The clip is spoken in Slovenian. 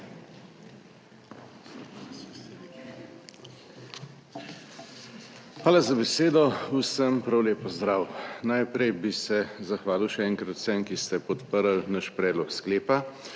Hvala za besedo. Vsem prav lep pozdrav! Najprej bi se zahvalil še enkrat vsem, ki ste podprli naš predlog sklepa,